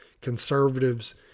conservatives